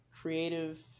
creative